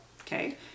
Okay